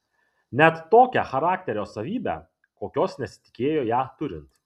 net tokią charakterio savybę kokios nesitikėjo ją turint